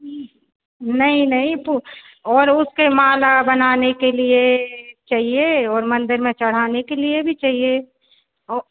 नहीं नहीं तो और उसके माला बनाने के लिए चाहिए और मंदिर में चढ़ाने के लिये भी चाहिए और